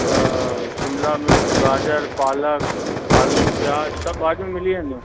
त शिमिला मिर्चु गाजर पालक आलू प्याज सभु भाॼियूं मिली वेंदियूं